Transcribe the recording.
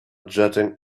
jetting